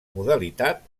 modalitat